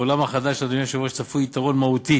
בעולם החדש, אדוני היושב-ראש, צפוי יתרון מהותי